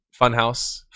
Funhouse